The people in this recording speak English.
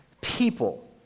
people